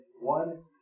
one